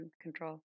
control